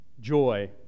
joy